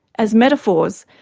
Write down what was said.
as metaphors,